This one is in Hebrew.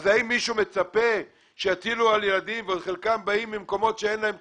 אז האם מישהו מצפה שיטילו על ילדים שחלקם מגיעים ממקומות שאין להם את